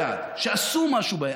בעד, בעד.